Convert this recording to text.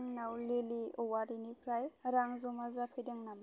आंनाव लिलि औवारिनिफ्राय रां जमा जाफैदों नामा